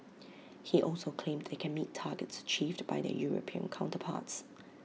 he also claimed they can meet targets achieved by their european counterparts